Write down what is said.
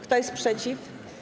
Kto jest przeciw?